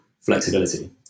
flexibility